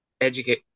educate